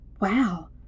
Wow